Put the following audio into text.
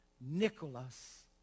Nicholas